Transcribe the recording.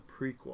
prequel